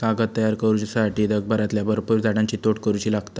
कागद तयार करुच्यासाठी जगभरातल्या भरपुर झाडांची तोड करुची लागता